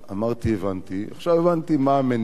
הבנתי מה המניעים לחוק.